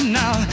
now